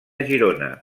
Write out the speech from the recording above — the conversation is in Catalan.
girona